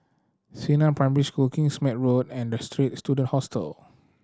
Xingnan Primary School Kingsmead Road and The Straits Student Hostel